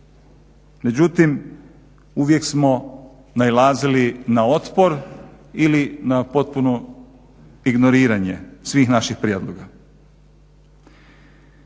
Međutim, uvijek smo nailazili na otpor ili na potpuno ignoriranje svih naših prijedloga.